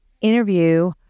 interview